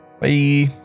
bye